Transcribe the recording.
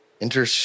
Inter